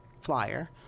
flyer